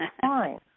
fine